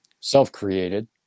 Self-created